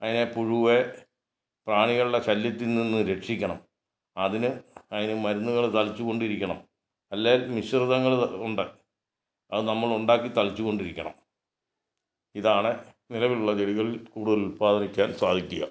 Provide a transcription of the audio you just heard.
അതിനെ പുഴുവേ പ്രാണികളുടെ ശല്യത്തില് നിന്ന് രക്ഷിക്കണം അതിന് അതിന് മരുന്നുകൾ തളിച്ചു കൊണ്ടിരിക്കണം അല്ലേ മിശ്രിതങ്ങള് ഉണ്ട് അത് നമ്മൾ ഉണ്ടാക്കി തളിച്ചു കൊണ്ടിരിക്കണം ഇതാണ് നിലവിലുള്ള ചെടികളിൽ കൂടുതല് ഉത്പാദിപ്പിക്കാന് സാധിക്കുക